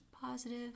Positive